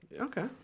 okay